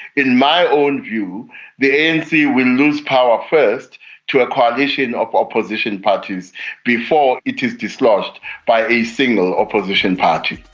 in my own view the and anc will lose power first to a coalition of opposition parties before it is dislodged by a single opposition party.